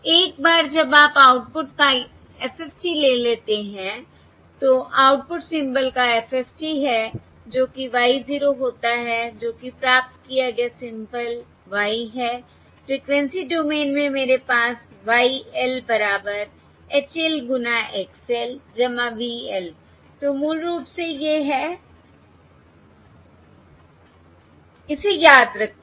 एक बार जब आप आउटपुट का FFT ले लेते हैं तो आउटपुट सिंबल का FFT है जो कि y 0 होता है जो कि प्राप्त किया गया सिंबल y है फ्रिकवेंसी डोमेन में मेरे पास YL बराबर HL गुना XL V L तो मूल रूप से यह है इसे याद रखें